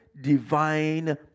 divine